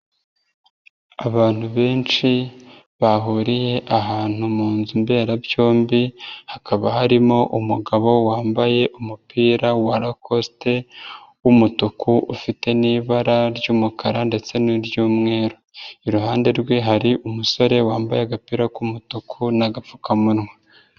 Abantu benshi bahuriye ahantu mu nzu mberabyombi, hakaba harimo umugabo wambaye umupira wa lacoste wumutuku ufite n'ibara ry'umukara ndetse n'iry'umweru, iruhande rwe hari umusore wambaye agapira k'umutuku n'agapfukamunwa.